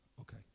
Okay